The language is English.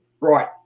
Right